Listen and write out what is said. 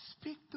Speak